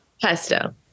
Pesto